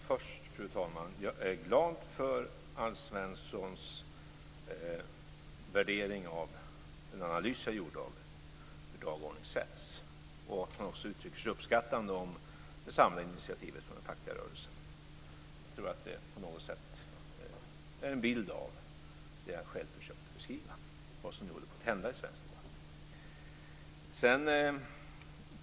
Fru talman! Jag är glad för Alf Svenssons värdering av den analys som jag gjorde av hur dagordningen sätts och för att han också uttrycker sig uppskattande om det samlade initiativet från den fackliga rörelsen. Jag tror att det på något sätt är en bild av det han själv försökte beskriva, vad som nu håller på att hända i svensk debatt.